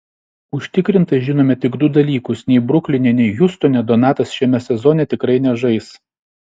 užtikrintai žinome tik du dalykus nei brukline nei hjustone donatas šiame sezone tikrai nežais